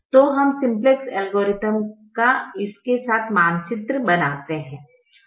तो हम simplex algorithm का इस के साथ मानचित्र बनाते हैं